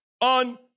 on